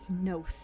no